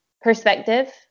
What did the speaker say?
perspective